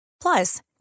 Plus